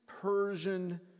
Persian